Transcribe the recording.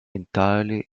entirely